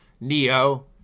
Neo